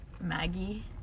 Maggie